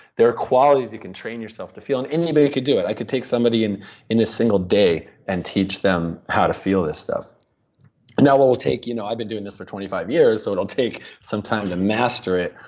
there are qualities you can train yourself to feel, and anybody could do it. i could take somebody and in a single day and teach them how to feel this stuff and you know i've been doing this for twenty five years, so it'll take some time to master it,